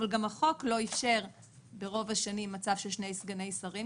אבל גם החוק לא איפשר ברוב השנים מצב של שני סגני שרים,